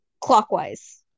clockwise